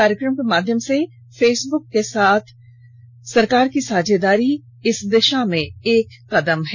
कार्यक्रम के माध्यम से फेसबुक के साथ हमारी सा झेदारी उसी दिशा में एक कदम है